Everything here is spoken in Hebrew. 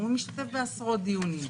הוא משתתף בעשרות דיונים.